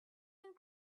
and